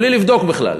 בלי לבדוק בכלל.